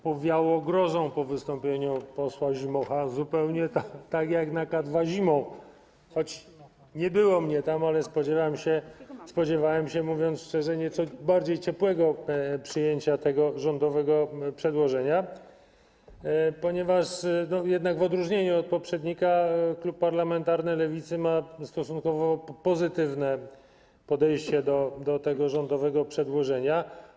Powiało grozą po wystąpieniu posła Zimocha, zupełnie tak jak na K2 zimą, choć nie było mnie tam, ale spodziewałem się, mówiąc szczerze, nieco bardziej ciepłego przyjęcia tego rządowego przedłożenia, ponieważ jednak w odróżnieniu od poprzednika klub parlamentarny Lewicy ma stosunkowo pozytywne podejście do tego rządowego przedłożenia.